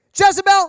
Jezebel